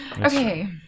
Okay